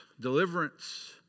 deliverance